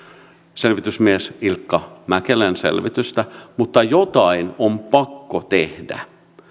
selvitysmies ilkka mäkelän selvitystä mutta jotain on pakko tehdä